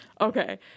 Okay